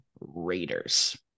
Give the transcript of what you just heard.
Raiders